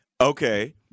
Okay